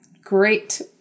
Great